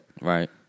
Right